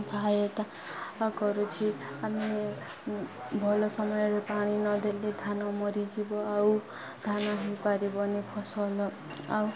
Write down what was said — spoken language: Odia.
ସହାୟତା କରୁଛି ଆମେ ଭଲ ସମୟରେ ପାଣି ନଦେଲେ ଧାନ ମରିଯିବ ଆଉ ଧାନ ହେଇପାରିବନି ଫସଲ ଆଉ